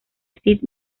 sid